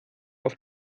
auf